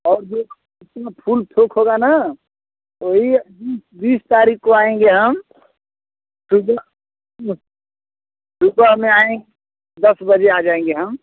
और जो इतना फूल थोक होगा ना वही बीस बीस तारीख़ को आएँगे हम सुबह सुबह में आए दस बजे आ जाएँगे हम